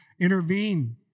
intervene